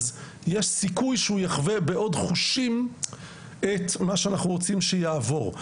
אז יש סיכוי שהוא יחווה בעוד חושים את מה שאנחנו רוצים שיעבור.